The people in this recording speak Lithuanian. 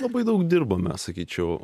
labai daug dirbame sakyčiau